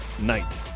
night